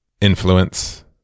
influence